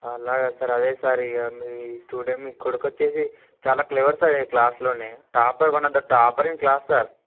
అలాగా సార్ అదే సార్ ఇక మీ స్టూడెంట్ మీ కొడుకు వచ్చేసి చాలా క్లేవర్ సార్ క్లాస్లోని topper one of the topper in class sir